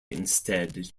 instead